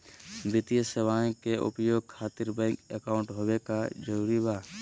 वित्तीय सेवाएं के उपयोग खातिर बैंक अकाउंट होबे का जरूरी बा?